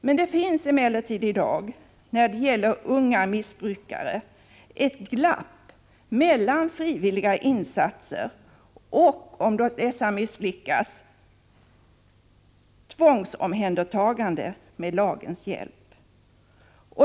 När det gäller unga missbrukare finns det emellertid i dag ett glapp mellan frivilliga insatser och — om dessa misslyckas — tvångsomhändertagande med lagens hjälp.